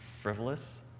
frivolous